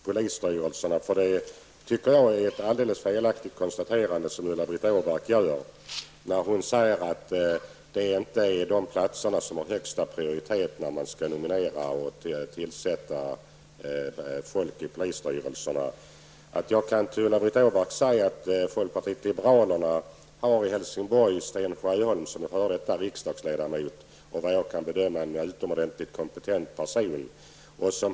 Jag anser att Ulla-Britt Åbark gör ett alldeles felaktigt konstaterande när hon säger att polisstyrelserna inte har högsta prioritet när man skall nominera och tillsätta ledamöter. Jag kan till Ulla-Britt Åbark säga att folkpartiet liberalerna i Helsingborg har Sten Sjöholm som en representant, en före detta riksdagsledamot, och han är såvitt jag kan bedöma en utomordentligt kompetent person.